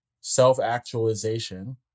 self-actualization